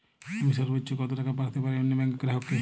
আমি সর্বোচ্চ কতো টাকা পাঠাতে পারি অন্য ব্যাংকের গ্রাহক কে?